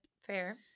fair